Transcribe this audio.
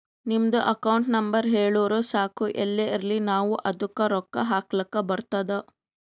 ನಿಮ್ದು account number ಹೇಳುರು ಸಾಕ್ ಎಲ್ಲೇ ಇರ್ಲಿ ನಾವೂ ಅದ್ದುಕ ರೊಕ್ಕಾ ಹಾಕ್ಲಕ್ ಬರ್ತುದ್